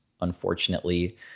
unfortunately